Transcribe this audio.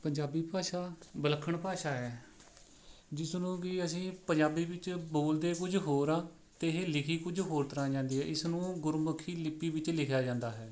ਪੰਜਾਬੀ ਭਾਸ਼ਾ ਵਿਲੱਖਣ ਭਾਸ਼ਾ ਹੈ ਜਿਸਨੂੰ ਕਿ ਅਸੀਂ ਪੰਜਾਬੀ ਵਿੱਚ ਬੋਲਦੇ ਕੁਝ ਹੋਰ ਹਾਂ ਅਤੇ ਇਹ ਲਿਖੀ ਕੁਝ ਹੋਰ ਤਰ੍ਹਾਂ ਜਾਂਦੀ ਹੈ ਇਸਨੂੰ ਗੁਰਮੁਖੀ ਲਿੱਪੀ ਵਿੱਚ ਲਿਖਿਆ ਜਾਂਦਾ ਹੈ